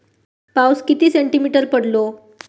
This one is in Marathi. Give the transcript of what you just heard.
पाऊस किती सेंटीमीटर पडलो?